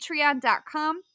patreon.com